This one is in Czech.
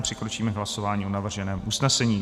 Přikročíme k hlasování o navrženém usnesení.